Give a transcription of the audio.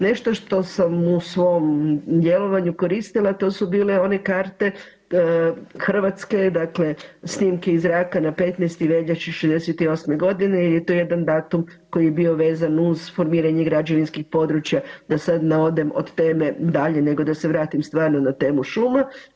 Nešto što sam u svom djelovanju koristila to su bile one karte Hrvatske, dakle snimke iz zraka na 15. veljače iz '68. godine, jer je to jedan datum koji je bio vezan uz formiranje građevinskih područja da sad ne odem od teme dalje nego da se vratim stvarno na temu šuma.